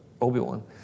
Obi-Wan